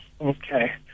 Okay